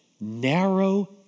narrow